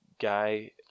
guy